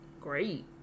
great